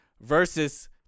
Versus